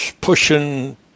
pushing